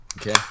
Okay